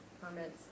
permits